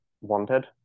wanted